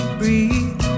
breathe